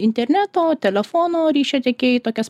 interneto telefono ryšio tiekėjai tokias